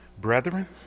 Brethren